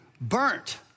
burnt